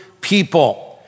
People